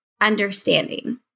understanding